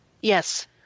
yes